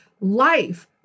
life